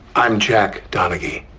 i'm jack donaghy,